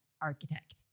architect